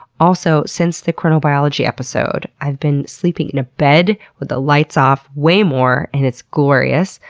also, since the chronobiology episode, i've been sleeping in a bed, with the lights off, way more, and it's glorious.